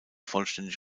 vollständig